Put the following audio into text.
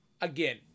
Again